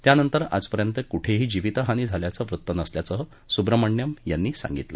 त्यानंतर आजपर्यंत कुठेही जिवितहानी झाल्याचं वृत्त नसल्याचंही सुब्रमण्यम् यांनी सांगितलं